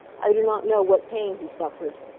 i do not know what pain he suffered.